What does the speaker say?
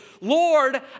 Lord